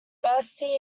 bacardi